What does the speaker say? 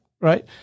right